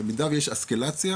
במידה ויש אסקלציה,